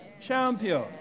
Champion